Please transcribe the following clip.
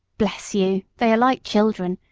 bless you! they are like children,